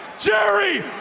Jerry